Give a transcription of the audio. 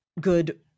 good